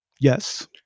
Yes